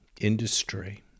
industry